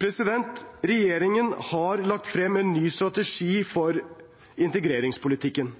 Regjeringen har lagt frem en ny strategi for integreringspolitikken.